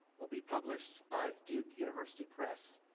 will be published by duke university press.